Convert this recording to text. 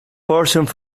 portions